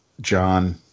John